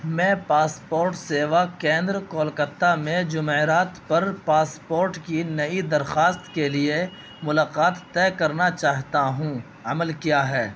میں پاسپورٹ سیوا کیندر کولکتہ میں جمعرات پر پاسپورٹ کی نئی درخواست کے لیے ملاقات طے کرنا چاہتا ہوں عمل کیا ہے